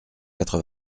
quatre